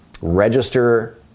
register